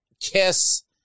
KISS